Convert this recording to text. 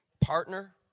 partner